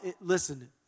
listen